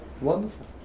Wonderful